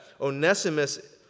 Onesimus